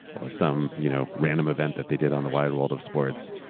or some you know random event that they did on the wide world of sports.